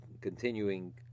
continuing